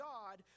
God